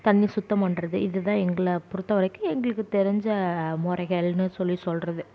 தண்ணி சுத்தம் பண்ணுறது இதுதான் எங்களை பொறுத்தவரைக்கும் எங்களுக்கு தெரிஞ்ச முறைகள்னு சொல்லி சொல்வது